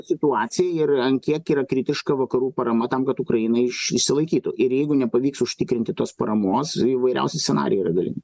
situacija ir ant kiek yra kritiška vakarų parama tam kad ukraina iš išsilaikytų ir jeigu nepavyks užtikrinti tos paramos įvairiausi scenarijai yra galimi